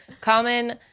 Common